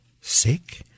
sick